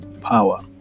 power